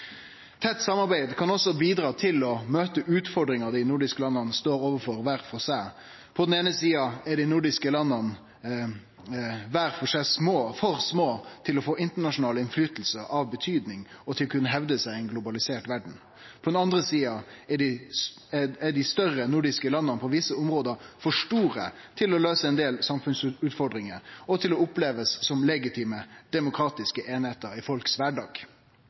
Tett samarbeid kan også bidra til å møte utfordringar dei nordiske landa står overfor kvar for seg. På den eine sida er dei nordiske landa kvar for seg for små til å ha internasjonal påverknad av betyding og til å kunne hevde seg i ei globalisert verd. På den andre sida er dei større nordiske landa på visse område for store til å løyse ein del samfunnsutfordringar og til å bli opplevd som legitime demokratiske einingar i